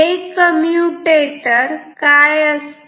हे कम्प्युटेटर काय असते